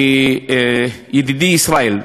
ידידי ישראל,